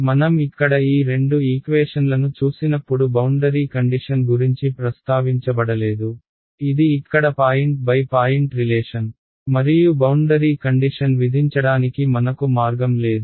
మనం ఇక్కడ ఈ రెండు ఈక్వేషన్లను చూసినప్పుడు బౌండరీ కండిషన్ గురించి ప్రస్తావించబడలేదు ఇది ఇక్కడ పాయింట్ బై పాయింట్ రిలేషన్ మరియు బౌండరీ కండిషన్ విధించడానికి మనకు మార్గం లేదు